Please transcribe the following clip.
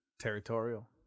territorial